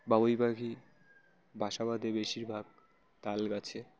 বাবুই পাখি বাসা বঁধে বেশিরভাগ তাল গাছে